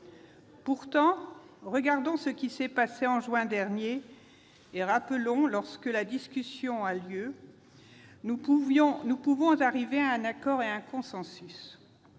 Pourtant, regardons ce qu'il s'est passé en juin dernier ; lorsque la discussion a lieu, nous pouvons arriver à un accord et à un consensus.